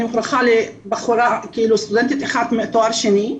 אני מוכרחה לסטודנטית אחת מתואר שני.